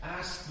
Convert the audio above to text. ask